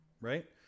right